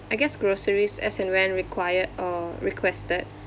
I guess groceries as and when required or requested